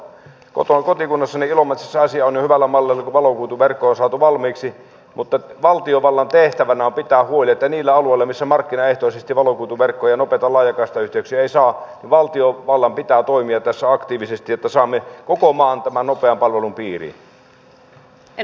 kotikunnassani ilomantsissa asia on jo hyvällä mallilla kun valokuituverkko on saatu valmiiksi mutta valtiovallan tehtävänä on pitää huoli että niillä alueilla missä valokuituverkkoja ja nopeita laajakaistayhteyksiä ei saa markkinaehtoisesti valtiovallan pitää toimia tässä aktiivisesti että saamme koko maan tämän nopean palvelun piiriin